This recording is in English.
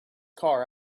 car